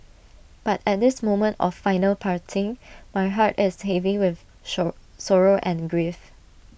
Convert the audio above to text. but at this moment of final parting my heart is heavy with show sorrow and grief